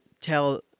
tell